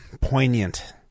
poignant